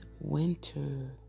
winter